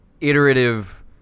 iterative